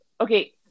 okay